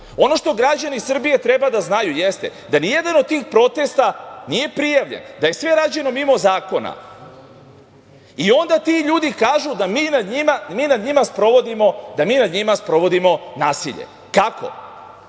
što građani Srbije treba da znaju jeste da ni jedan od tih protesta nije prijavljen, da je sve rađeno mimo zakona. Onda ti ljudi kažu da mi nad njima sprovodimo nasilje. Kako?